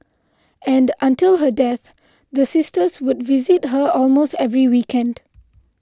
and until her death the sisters would visit her almost every weekend